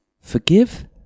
forgive